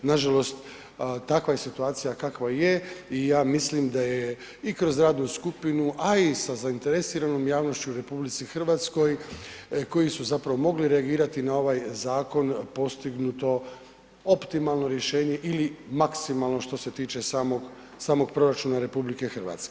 Nažalost, takva je situacija kakva je i ja mislim da je i kroz radnu skupinu, a i sa zainteresiranom javnošću u RH koji su zapravo mogli reagirati na ovaj zakon postignuto optimalno rješenje ili maksimalno što se tiče samog proračuna RH.